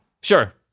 Sure